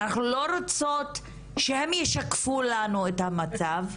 אנחנו לא רוצות שהם ישקפו לנו את המצב,